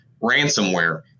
ransomware